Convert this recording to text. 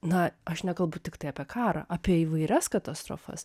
na aš nekalbu tiktai apie karą apie įvairias katastrofas